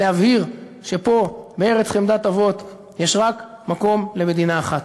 להבהיר שפה בארץ חמדת אבות יש רק מקום למדינה אחת.